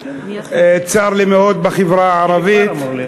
צר לי מאוד, בחברה הערבית.